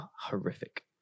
horrific